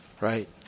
Right